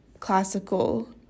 classical